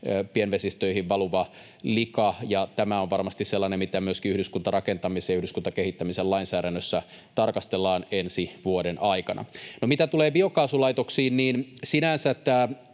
pienvesistöihin valuva lika. Tämä on varmasti sellainen, mitä myöskin yhdyskuntarakentamisen ja yhdyskuntakehittämisen lainsäädännössä tarkastellaan ensi vuoden aikana. Mitä tulee biokaasulaitoksiin, niin sinänsä